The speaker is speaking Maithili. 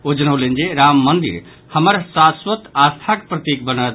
ओ जनौलनि जे राम मंदिर हमर शाश्वस्त आस्थाक प्रतीक बनत